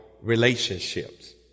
relationships